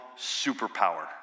superpower